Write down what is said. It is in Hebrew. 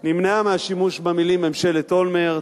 נמנעה מהשימוש במלים ממשלת אולמרט.